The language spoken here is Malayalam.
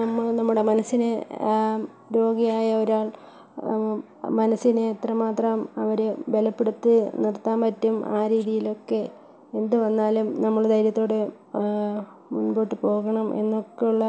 നമ്മള് നമ്മുടെ മനസ്സിനെ രോഗിയായൊരാൾ മനസ്സിനെ എത്ര മാത്രം അവര് ബലപ്പെടുത്തി നിർത്താന് പറ്റും ആ രീതിയിലൊക്കെ എന്ത് വന്നാലും നമ്മൾ ധൈര്യത്തോടെ മുൻപോട്ട് പോകണം എന്നൊക്കെ ഉള്ള